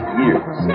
years